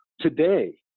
today